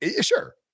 Sure